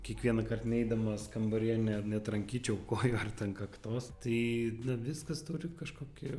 kiekvienąkart neidamas kambaryje ne netrankyčiau kojų ar ant kaktos tai viskas turi kažkokį